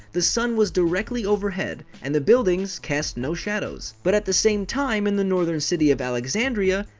the sun was directly overhead and the buildings cast no shadows. but at the same time in the northern city of alexandria,